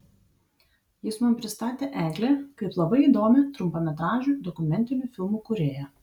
jis man pristatė eglę kaip labai įdomią trumpametražių dokumentinių filmų kūrėją